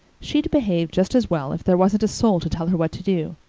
she'd behave just as well if there wasn't a soul to tell her what to do.